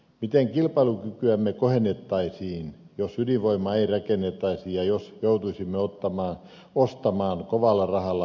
miten kilpailukykyämme kohennettaisiin jos ydinvoimaa ei rakennettaisi ja jos joutuisimme ostamaan kovalla rahalla venäläistä ydinvoimasähköä